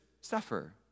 suffer